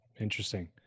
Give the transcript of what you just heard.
Interesting